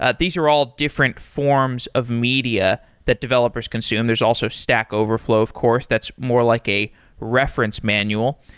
ah these are all different forms of media that developers consume. there's also stack overflow of course, that's more like a reference manual.